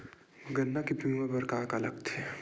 गन्ना के बीमा बर का का लगथे?